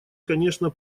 конечно